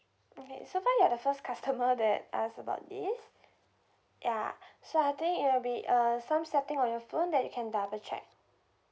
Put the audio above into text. okay so far you're the first customer that ask about this ya so I think it will be uh some setting on your phone that you can double check